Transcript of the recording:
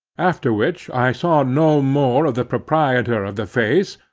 after which i saw no more of the proprietor of the face,